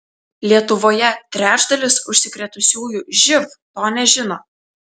lietuvoje trečdalis užsikrėtusiųjų živ to nežino